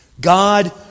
God